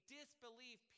disbelief